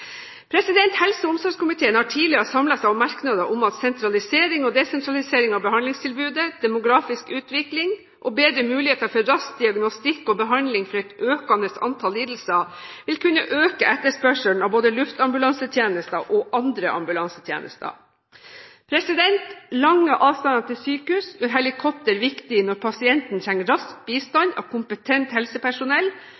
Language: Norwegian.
Helse- og omsorgskomiteen har tidligere samlet seg om merknader om at sentralisering og desentralisering av behandlingstilbudet, demografisk utvikling og bedre muligheter for rask diagnostikk og behandling for et økende antall lidelser vil kunne øke etterspørselen etter både luftambulansetjenester og andre ambulansetjenester. Lange avstander til sykehus gjør helikopter viktig når pasienten trenger rask